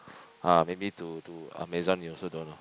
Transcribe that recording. ah maybe to to Amazon you also don't know